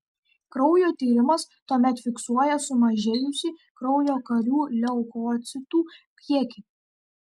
kraujo tyrimas tuomet fiksuoja sumažėjusį kraujo karių leukocitų kiekį